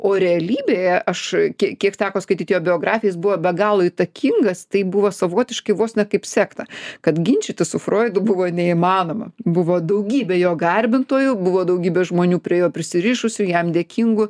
o realybėje aš kiek kiek teko skaityti jo biografijos buvo be galo įtakingas tai buvo savotiški vos ne kaip sekta kad ginčytis su froidu buvo neįmanoma buvo daugybė jo garbintojų buvo daugybė žmonių prie jo prisirišusių jam dėkingų